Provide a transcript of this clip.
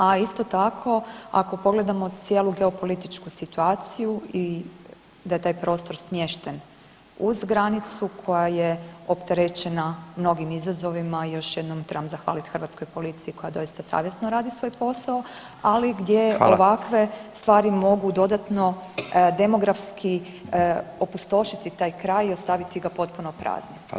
A isto tako ako pogledamo cijelu geopolitičku situaciji i da je taj prostor smješten uz granicu koja je opterećena mnogim izazovima, još jednom trebam zahvalit hrvatskoj policiji koja doista savjesno radi svoj posao ali gdje [[Upadica Radin: Hvala.]] ovakve stvari mogu dodatno demografski opustošiti taj kraj i ostaviti ga potpuno praznim.